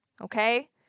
okay